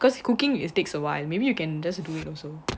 cause cooking it takes a while maybe you can just do work also